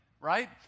right